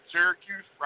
Syracuse